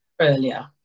earlier